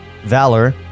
Valor